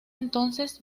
entonces